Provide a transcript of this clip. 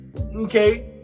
okay